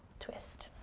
twist.